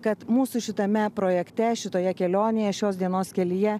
kad mūsų šitame projekte šitoje kelionėje šios dienos kelyje